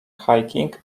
hiking